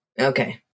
okay